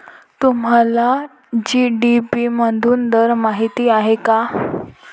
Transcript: तुम्हाला जी.डी.पी मधून दर माहित आहे का?